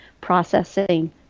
processing